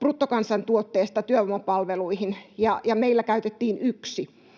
bruttokansantuotteesta työvoimapalveluihin ja meillä käytettiin yksi.